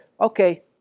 okay